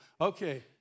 Okay